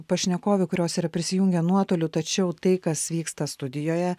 pašnekovių kurios yra prisijungę nuotoliu tačiau tai kas vyksta studijoje